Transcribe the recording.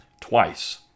twice